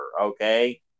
okay